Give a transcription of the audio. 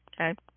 Okay